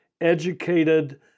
educated